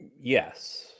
yes